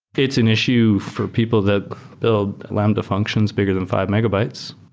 it's an issue for people that build lambda functions bigger than five megabytes.